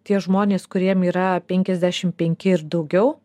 tie žmonės kuriem yra penkiasdešimt penki ir daugiau